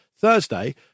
Thursday